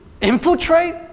infiltrate